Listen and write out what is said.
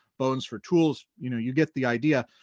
bones for tools, you know you get the idea,